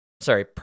Sorry